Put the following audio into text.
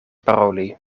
paroli